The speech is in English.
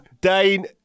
Dane